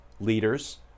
leaders